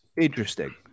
interesting